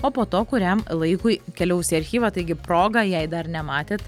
o po to kuriam laikui keliaus į archyvą taigi proga jei dar nematėt